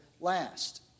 last